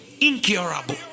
incurable